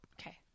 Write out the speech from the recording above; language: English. Okay